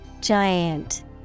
Giant